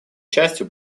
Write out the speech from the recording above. частью